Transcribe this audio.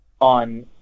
on